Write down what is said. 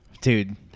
Dude